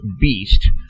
beast